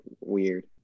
weird